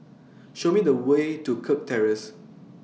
Show Me The Way to Kirk Terrace